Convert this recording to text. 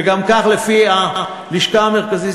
וכך גם לפי הלשכה המרכזית